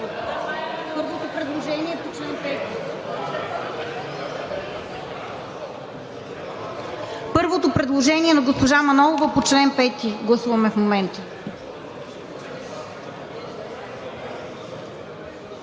Първото предложение на госпожа Манолова по чл. 5 гласуваме в момента.